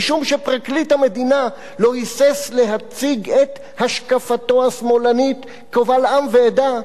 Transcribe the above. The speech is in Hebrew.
משום שפרקליט המדינה לא היסס להציג את השקפתו השמאלנית קבל עם ועדה,